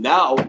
Now